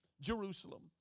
Jerusalem